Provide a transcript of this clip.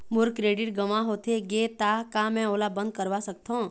मोर credit गंवा होथे गे ता का मैं ओला बंद करवा सकथों?